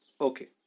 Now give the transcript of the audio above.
okay